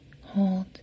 Hold